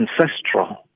ancestral